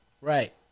Right